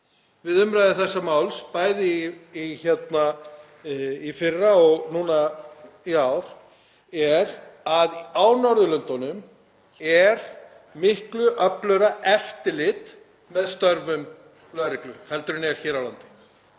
við umræðu þessa máls, bæði í fyrra og núna í ár, er að á Norðurlöndunum er miklu öflugra eftirlit með störfum lögreglu en er hér á landi.